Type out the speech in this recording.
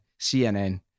CNN